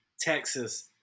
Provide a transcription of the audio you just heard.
Texas